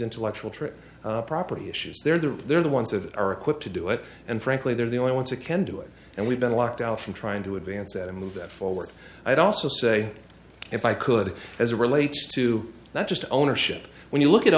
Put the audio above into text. intellectual trip property issues there that they're the ones that are equipped to do it and frankly they're the only ones that can do it and we've been locked out from trying to advance that and move it forward i'd also say if i could as relates to that just ownership when you look at